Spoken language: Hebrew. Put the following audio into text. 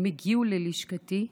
הם הגיעו ללשכתי.